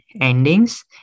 endings